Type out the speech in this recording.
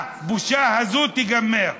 הבושה הזאת תיגמר.